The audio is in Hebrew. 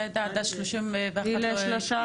עד ה-31 באוקטובר.